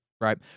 Right